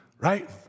Right